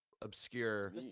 Obscure